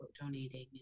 donating